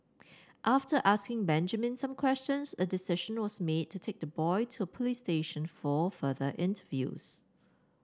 after asking Benjamin some questions a decision was made to take the boy to a police station for further interviews